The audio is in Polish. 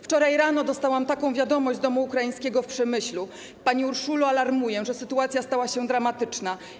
Wczoraj rano dostałam taką wiadomość z Domu Ukraińskiego w Przemyślu: Pani Urszulo, alarmuję, że sytuacja stała się dramatyczna.